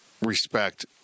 respect